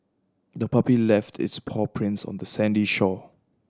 the puppy left its paw prints on the sandy shore